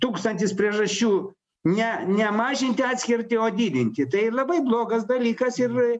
tūkstantis priežasčių ne ne mažinti atskirtį o didinti tai labai blogas dalykas ir